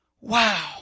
Wow